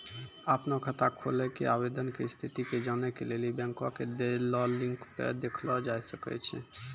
अपनो खाता खोलै के आवेदन के स्थिति के जानै के लेली बैंको के देलो लिंक पे देखलो जाय सकै छै